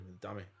dummy